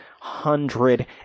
hundred